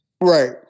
right